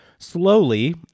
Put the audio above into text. slowly